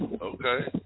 Okay